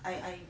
I I